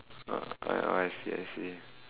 ah I I I see I see